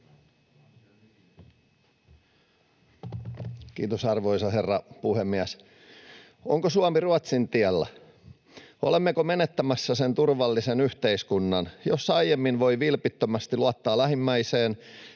Kiitos, arvoisa herra puhemies! Onko Suomi Ruotsin tiellä? Olemmeko menettämässä sen turvallisen yhteiskunnan, jossa aiemmin voi vilpittömästi luottaa lähimmäiseen